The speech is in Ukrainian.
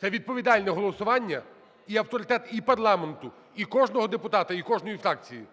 Це відповідальне голосування, і авторитет і парламенту, і кожного депутата, і кожної фракції.